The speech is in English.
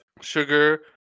Sugar